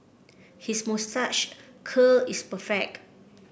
his moustache curl is perfect